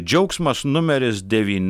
džiaugsmas numeris devyni